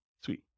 Sweet